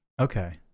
okay